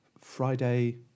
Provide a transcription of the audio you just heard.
Friday